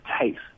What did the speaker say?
taste